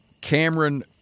Cameron